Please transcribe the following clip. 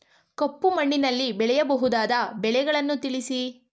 ಕಪ್ಪು ಮಣ್ಣಿನಲ್ಲಿ ಬೆಳೆಯಬಹುದಾದ ಬೆಳೆಗಳನ್ನು ತಿಳಿಸಿ?